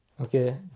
Okay